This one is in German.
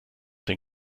den